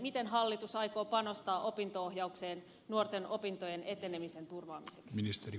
miten hallitus aikoo panostaa opinto ohjaukseen nuorten opintojen etenemisen turvaamiseksi